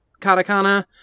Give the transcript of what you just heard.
Katakana